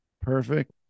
Perfect